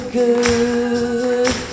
good